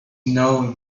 known